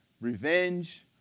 revenge